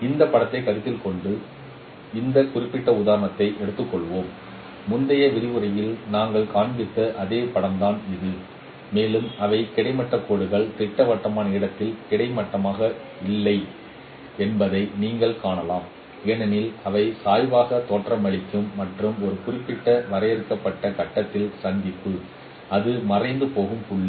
இந்த படத்தை கருத்தில் கொண்டு இந்த குறிப்பிட்ட உதாரணத்தை எடுத்துக்கொள்வோம் முந்தைய விரிவுரையில் நாங்கள் காண்பித்த அதே படம் இதுதான் மேலும் அவை கிடைமட்ட கோடுகள் திட்டவட்டமான இடத்தில் கிடைமட்டமாக இல்லை என்பதை நீங்கள் காணலாம் ஏனெனில் அவை சாய்வாக தோற்றமளிக்கும் மற்றும் ஒரு வரையறுக்கப்பட்ட கட்டத்தில் சந்திப்பு அது மறைந்து போகும் புள்ளி